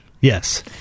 Yes